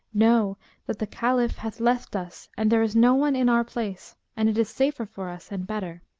know that the caliph hath left us and there is no one in our place and it is safer for us and better